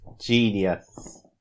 genius